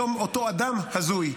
אותו אדם הזוי,